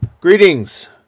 Greetings